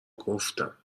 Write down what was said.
گفتم